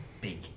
big